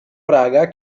praga